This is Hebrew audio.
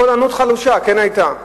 קול ענות חלושה כן היה,